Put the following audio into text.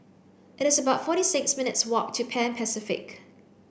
it is about forty six minutes' walk to Pan Pacific